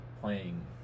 playing